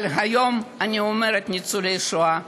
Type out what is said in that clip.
אבל היום אני אומרת: ניצולי השואה,